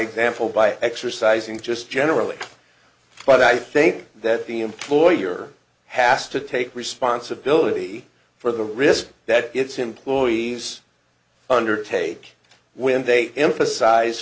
example by exercising just generally but i think that the employer has to take responsibility for the risk that its employees undertake when they emphasize